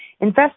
invest